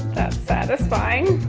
satisfying.